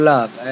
Love